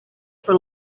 for